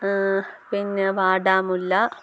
പിന്നെ വാടാമുല്ല